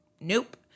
Nope